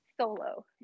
solo